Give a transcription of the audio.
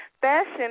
Fashion